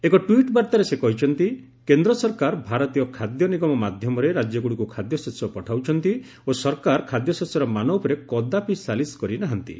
ଏକ ଟ୍ୱିଟ୍ ବାର୍ତ୍ତାରେ ସେ କହିଛନ୍ତି କେନ୍ଦ୍ର ସରକାର ଭାରତୀୟ ଖାଦ୍ୟ ନିଗମ ମାଧ୍ୟମରେ ରାଜ୍ୟଗୁଡ଼ିକୁ ଖାଦ୍ୟଶସ୍ୟ ପଠାଉଛନ୍ତି ଓ ସରକାର ଖାଦ୍ୟଶସ୍ୟର ମାନ ଉପରେ କଦାପି ସାଲିସ୍ କରି ନାହାନ୍ତି